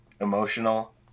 emotional